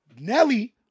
Nelly